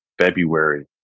February